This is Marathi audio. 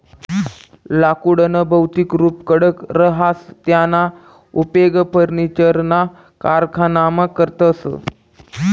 लाकुडनं भौतिक रुप कडक रहास त्याना उपेग फर्निचरना कारखानामा करतस